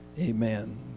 Amen